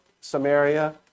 Samaria